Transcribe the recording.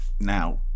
Now